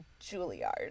Juilliard